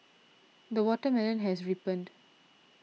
the watermelon has ripened